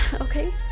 okay